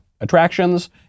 attractions